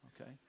Okay